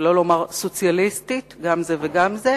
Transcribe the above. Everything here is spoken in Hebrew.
שלא לומר סוציאליסטית, גם זה וגם זה,